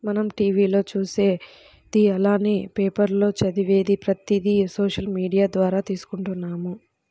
మనం టీవీ లో చూసేది అలానే పేపర్ లో చదివేది ప్రతిది సోషల్ మీడియా ద్వారా తీసుకుంటున్నాము